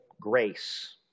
grace